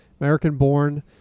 American-born